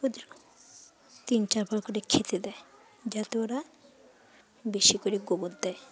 ওদের তিন চারবার করে খেতে দেয় যাতে ওরা বেশি করে গোবর দেয়